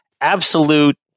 absolute